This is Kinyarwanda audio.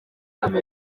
inyungu